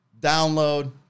download